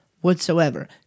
whatsoever